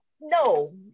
no